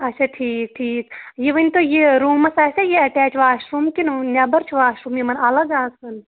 اچھا ٹھیٖک ٹھیٖک یہِ ؤنۍتو یہِ روٗمَس آسیٛاہ یہِ اَٹیچ واشروٗم کِنہٕ نیٚبَر چھُ واشروٗم یِمَن اَلگ آسان